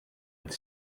with